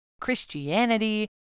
Christianity